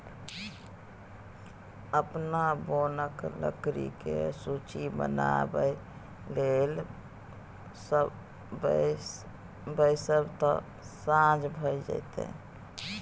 अपन बोनक लकड़ीक सूची बनाबय लेल बैसब तँ साझ भए जाएत